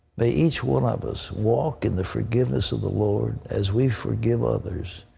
may each one of us walk in the forgiveness of the lord as we forgive others.